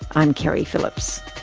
i'm keri phillips